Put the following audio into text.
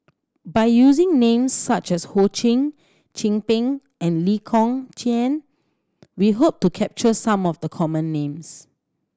by using names such as Ho Ching Chin Peng and Lee Kong Chian we hope to capture some of the common names